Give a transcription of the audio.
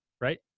right